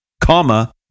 comma